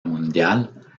mundial